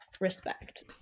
respect